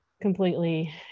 completely